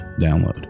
download